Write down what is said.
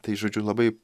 tai žodžiu labai